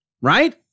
right